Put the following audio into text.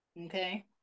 Okay